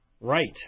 right